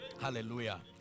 Hallelujah